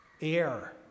air